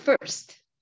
first